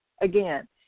Again